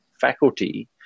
faculty